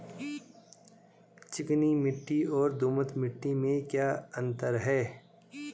चिकनी मिट्टी और दोमट मिट्टी में क्या क्या अंतर है?